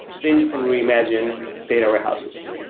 then you can reimagine data warehouses.